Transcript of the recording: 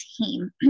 team